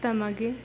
ತಮಗೆ